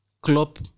Klopp